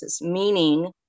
meaning